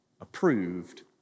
approved